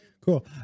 Cool